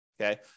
Okay